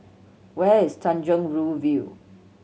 where is Tanjong Rhu View